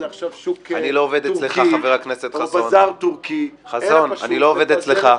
שוק תורכי או בזאר תורכי -- אני לא עובד אצלך,